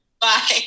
Bye